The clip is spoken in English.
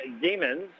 Demons